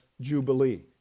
jubilee